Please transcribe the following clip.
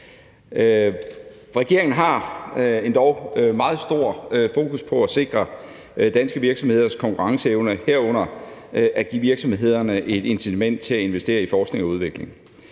Regeringen har endog meget stor fokus på at sikre danske virksomheders konkurrenceevne, herunder at give virksomhederne et incitament til at investere i forskning og udvikling.